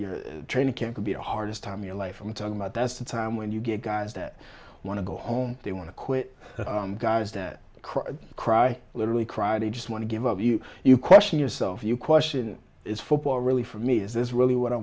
your training can't be the hardest time your life i'm talking about that's the time when you get guys that want to go home they want to quit guys that cry cry literally cried they just want to give up you you question yourself you question is football really for me is this really what i